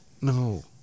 No